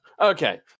okay